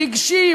רגשי,